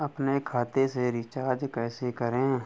अपने खाते से रिचार्ज कैसे करें?